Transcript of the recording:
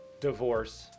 divorce